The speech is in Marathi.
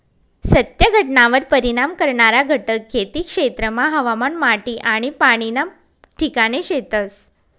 सत्य घटनावर परिणाम करणारा घटक खेती क्षेत्रमा हवामान, माटी आनी पाणी ना ठिकाणे शेतस